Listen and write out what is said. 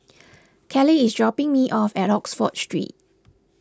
Kelly is dropping me off at Oxford Street